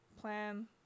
plan